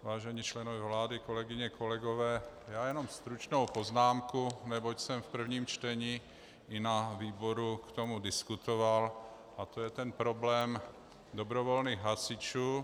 Vážení členové vlády, kolegyně a kolegové, jen stručnou poznámku, neboť jsem v prvním čtení i na výboru k tomu diskutoval, a to je ten problém dobrovolných hasičů.